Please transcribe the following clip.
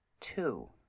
Two